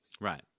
Right